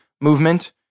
movement